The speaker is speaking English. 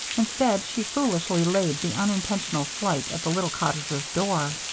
instead, she foolishly laid the unintentional slight at the little cottagers' door.